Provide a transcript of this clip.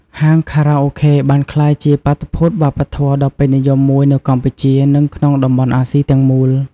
ហាងខារ៉ាអូខេ បានក្លាយជាបាតុភូតវប្បធម៌ដ៏ពេញនិយមមួយនៅកម្ពុជា និងក្នុងតំបន់អាស៊ីទាំងមូល។